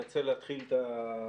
אני רוצה להתחיל את הדיון.